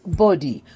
body